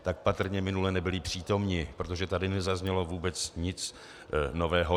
Tak patrně minule nebyli přítomni, protože tady nezaznělo vůbec nic nového.